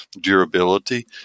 durability